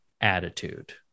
attitude